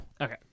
Okay